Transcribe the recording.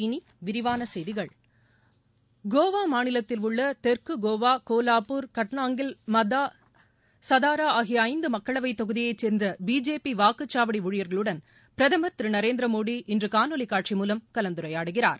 இனி விரிவான செய்திகள் கோவா மாநிலத்தில் உள்ள தெற்கு கோவா கோலாப்பூர் கட்கனாங்கில் மதா சதாரா ஆகிய ஐந்து மக்களவை தொகுதியை கேர்ந்த பிஜெபி வாக்குச்சாவடி ஊழிபர்களுடன் பிரதமர் திரு நரேந்திர மோடி இன்று காணொலி காட்சி மூலம் கலந்துரையாடுகிறார்